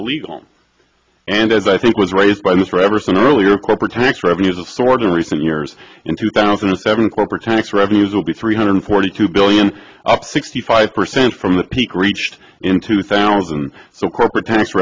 illegal and as i think was raised by this forever since earlier corporate tax revenues are stored in recent years in two thousand and seven corporate tax revenues will be three hundred forty two billion up sixty five percent from the peak reached in two thousand so corporate tax